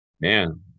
Man